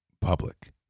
public